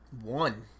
one